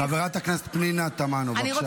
חברת הכנסת פנינה תמנו, בבקשה.